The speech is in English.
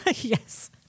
Yes